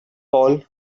ball